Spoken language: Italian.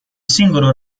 singolo